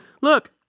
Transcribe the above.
look